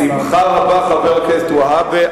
בשמחה רבה, חבר הכנסת והבה.